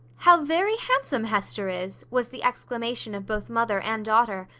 how very handsome hester is! was the exclamation of both mother and daughter,